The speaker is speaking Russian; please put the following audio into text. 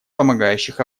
помогающих